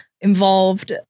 Involved